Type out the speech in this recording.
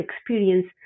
experience